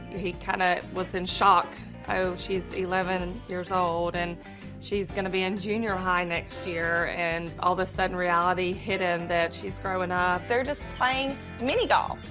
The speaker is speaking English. he kinda was in shock oh, she's eleven years old and she's gonna be in junior high next year and all of the sudden, reality hit em that she's growin up. they're just playing mini-golf.